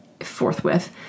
forthwith